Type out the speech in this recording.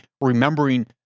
remembering